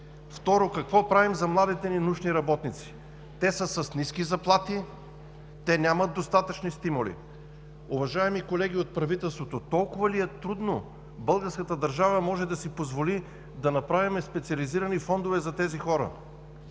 Второ, какво правим за младите ни научни работници? Те са с ниски заплати, нямат достатъчно стимули. Уважаеми колеги от правителството, толкова ли е трудно? Българската държава може да си позволи да направим специализирани фондове за тези хора.